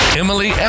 Emily